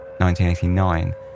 1989